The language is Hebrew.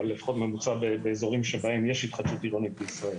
אבל לפחות ממוצע באזורים שבהם יש התחדשות עירונית במדינת ישראל,